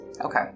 Okay